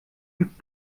übt